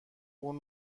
اون